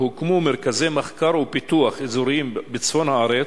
"הוקמו מרכזי מחקר ופיתוח אזוריים בצפון הארץ,